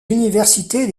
universités